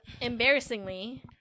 embarrassingly